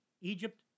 Egypt